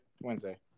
Wednesday